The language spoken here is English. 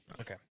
Okay